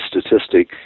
statistic